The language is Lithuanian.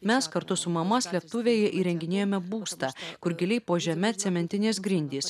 mes kartu su mama slėptuvėje įrenginėjome būstą kur giliai po žeme cementinės grindys